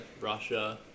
Russia